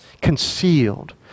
concealed